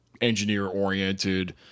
engineer-oriented